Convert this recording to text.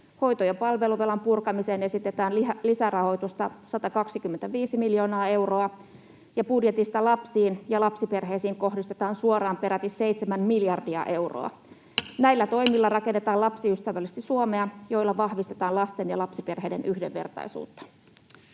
Hoito- ja palveluvelan purkamiseen esitetään lisärahoitusta 125 miljoonaa euroa, ja budjetista lapsiin ja lapsiperheisiin kohdistetaan suoraan peräti 7 miljardia euroa. Näillä toimilla rakennetaan lapsiystävällistä Suomea ja vahvistetaan lasten ja lapsiperheiden yhdenvertaisuutta.